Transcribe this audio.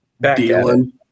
dealing